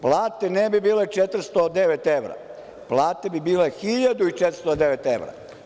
Plate ne bi bile 409 evra, plate bi bile 1.409 evra.